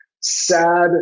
sad